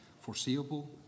foreseeable